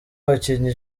abakinnyi